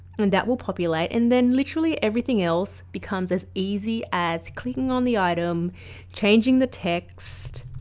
and that will populate and then literally everything else becomes as easy as clicking on the item changing the text,